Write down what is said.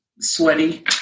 sweaty